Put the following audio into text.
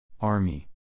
Army